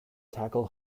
tackle